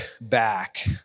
back